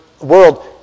world